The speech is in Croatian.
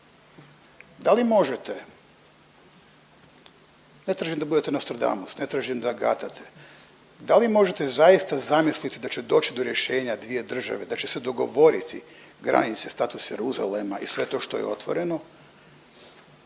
Da li možete, ne tražim da budete Nostradamu, ne tražim da gatate, da li možete zaista zamislit da će doći do rješenja dvije države, da će se dogovoriti granice status Jeruzalema i sve to što je otvoreno